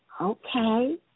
Okay